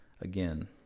again